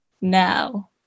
Now